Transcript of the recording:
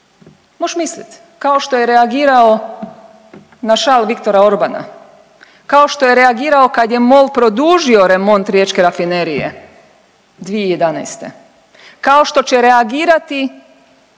Moš' mislit! Kao što je reagirao na šalu Viktora Orbana, kao što je reagirao kad je MOL produžio remont Riječke rafinerije 2011., kao što će reagirati